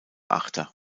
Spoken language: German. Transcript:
achter